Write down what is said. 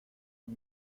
une